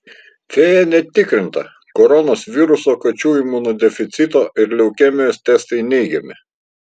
fėja net tikrinta koronos viruso kačių imunodeficito ir leukemijos testai neigiami